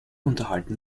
unterhalten